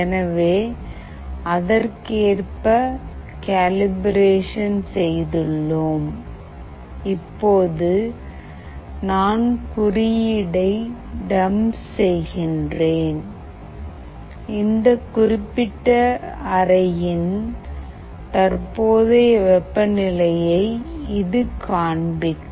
எனவே அதற்கேற்ப கேலிப்ரேஷன் செய்துள்ளோம் இப்போது நான் குறியீடை டம்ப் செய்கிறேன் இந்த குறிப்பிட்ட அறையின் தற்போதைய வெப்பநிலையைக் இது காண்பிக்கும்